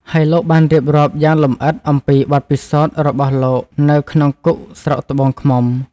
ហើយលោកបានរៀបរាប់យ៉ាងលម្អិតអំពីបទពិសោធន៍របស់លោកនៅក្នុងគុកស្រុកត្បូងឃ្មុំ។